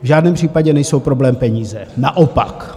V žádném případě nejsou problém peníze, naopak.